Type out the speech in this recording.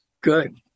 Good